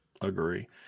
Agree